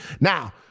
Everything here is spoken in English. Now